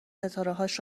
ستارههاش